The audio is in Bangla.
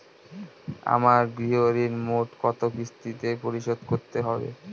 আমার গৃহঋণ মোট কত কিস্তিতে পরিশোধ করতে হবে?